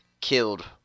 killed